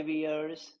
years